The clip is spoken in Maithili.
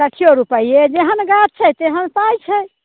साठियो रुपैये जेहन गाछ छै तेहन पाइ छै